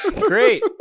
Great